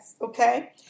okay